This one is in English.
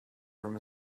from